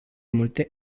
multe